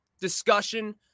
discussion